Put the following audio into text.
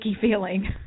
feeling